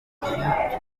hagati